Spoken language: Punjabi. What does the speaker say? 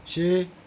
ਛੇ